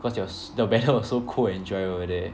cause it was the weather was so cold and dry over there